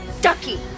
ducky